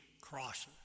crosses